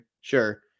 Sure